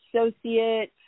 associate